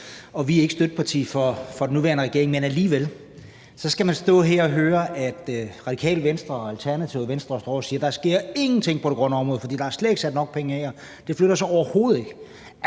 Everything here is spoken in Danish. Vi er ikke støtteparti for den nuværende regering, men alligevel skal man stå her og høre, at Radikale Venstre og Alternativet og Venstre står og siger: Der sker ingenting på det grønne område, for der er slet ikke sat nok penge af, og det flytter sig overhovedet ikke.